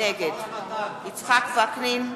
נגד יצחק וקנין,